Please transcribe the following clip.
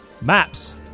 maps